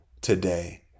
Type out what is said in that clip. today